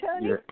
Tony